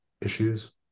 issues